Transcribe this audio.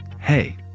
Hey